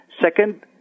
Second